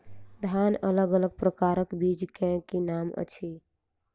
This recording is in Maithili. धान अलग अलग प्रकारक बीज केँ की नाम अछि?